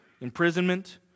imprisonment